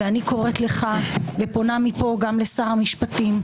ואני קוראת לך ופונה מפה גם לשר המשפטים,